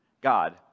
God